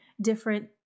different